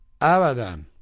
Avadan